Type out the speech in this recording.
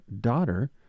daughter